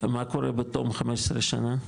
מה קורה בתום 15 שנה?